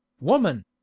woman